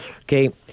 Okay